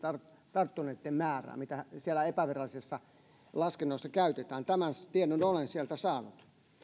tarttuneitten määrään mitä siellä epävirallisissa laskennoissa käytetään tämän tiedon olen sieltä saanut